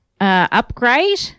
Upgrade